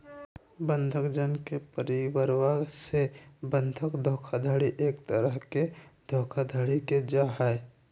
बंधक जन के परिवरवा से बंधक धोखाधडी एक तरह के धोखाधडी के जाहई